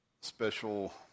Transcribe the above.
special